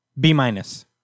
B-minus